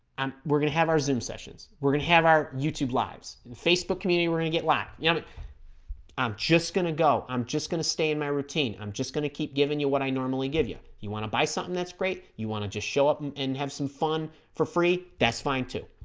i'm we're gonna have our zoom sessions we're gonna have our youtube lives and facebook community we're gonna get like you know but i'm just gonna go i'm just gonna stay in my routine i'm just gonna keep giving you what i normally give you you want to buy something that's great you want to just show up and and have some fun for free that's fine too